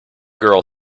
girl